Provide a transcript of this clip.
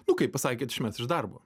nu kaip pasakė išmes iš darbo